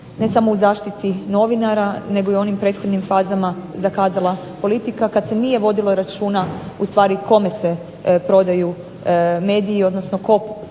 ne samo u zaštiti novinara nego i u onim prethodnim fazama zakazala politika kad se nije vodilo računa u stvari kome se prodaju mediji, odnosno tko